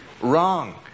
wrong